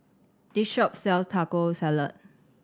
this shop sells Taco Salad